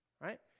Right